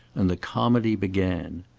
and the comedy began.